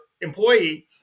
employee